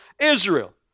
Israel